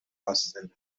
پاستل